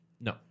No